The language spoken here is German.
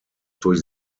durch